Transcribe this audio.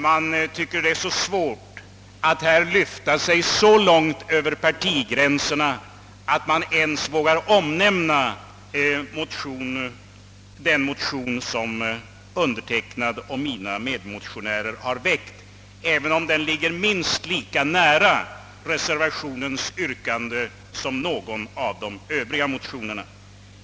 Man tycks ha svårt att lyfta sig så långt över partigränserna, att man ens vågar omnämna den motion som jag och mina medmotionärer har väckt, trots att den ligger minst lika nära reservationens yrkande som någon av de övriga motionerna.